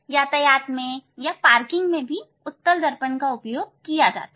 यातायात में या पार्किंग में उत्तल दर्पण का उपयोग किया जाता है